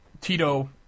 Tito